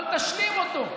אבל תשלים אותו.